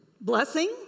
Blessing